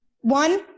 One